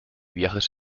viajes